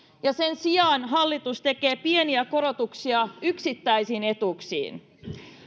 ja sen sijaan hallitus tekee pieniä korotuksia yksittäisiin etuuksiin